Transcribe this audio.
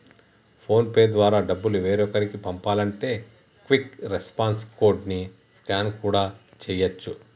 phone pay ద్వారా డబ్బులు వేరొకరికి పంపాలంటే క్విక్ రెస్పాన్స్ కోడ్ ని స్కాన్ కూడా చేయచ్చు